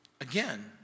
Again